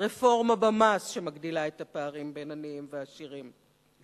רפורמה במס שמגדילה את הפערים בין עניים ועשירים,